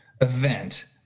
event